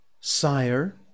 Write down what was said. Sire